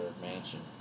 mansion